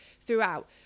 throughout